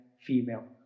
female